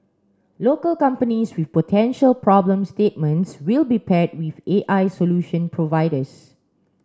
local companies with potential problem statements will be paired with A I solution providers